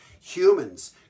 Humans